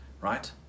right